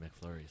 McFlurries